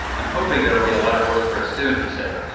i'm hoping there will be a lot of work for us soon, he said,